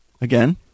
Again